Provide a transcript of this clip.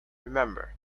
remember